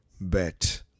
bet